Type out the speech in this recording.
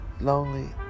lonely